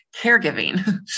Caregiving